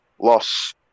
Loss